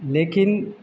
लेकिन